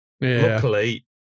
luckily